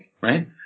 right